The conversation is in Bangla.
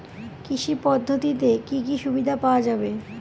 কৃষি পদ্ধতিতে কি কি সুবিধা পাওয়া যাবে?